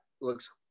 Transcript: looks